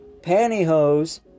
pantyhose